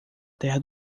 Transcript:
terra